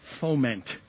foment